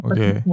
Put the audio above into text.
Okay